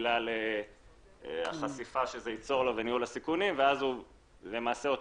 בגלל החשיפה שזה ייצור וניהול הסיכונים ואז למעשה אותו